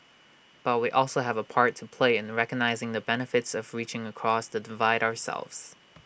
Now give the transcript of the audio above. but we also have A part to play in recognising the benefits of reaching across the divide ourselves